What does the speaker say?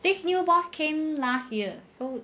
this new boss came last year so